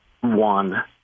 one